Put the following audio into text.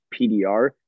pdr